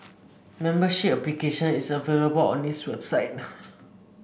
membership application is available on its website